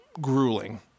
grueling